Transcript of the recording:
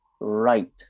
right